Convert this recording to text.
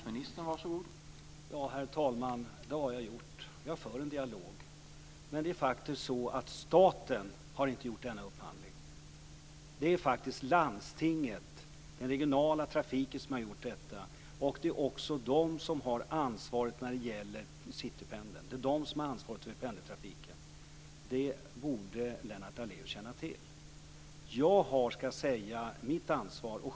Herr talman! Det har jag gjort. Jag för en dialog. Det är faktiskt så att staten inte gjort denna upphandling utan landstinget, den regionala trafiken som gjort det. Det är också de som har ansvaret för Citypendeln och pendeltrafiken. Det borde Lennart Daléus känna till. Jag har mitt ansvar.